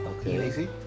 Okay